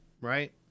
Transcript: right